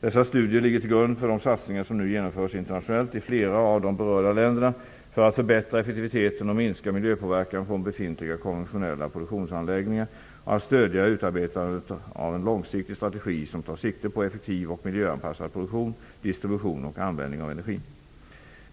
Dessa studier ligger till grund för de satsningar som nu genomförs internationellt i flera av de berörda länderna för att förbättra effektiviteten och minska miljöpåverkan från befintliga konventionella produktionsanläggningar och för att stödja utarbetandet av en långsiktig strategi som tar sikte på effektiv och miljöanpassad produktion, distribution och användning av energin.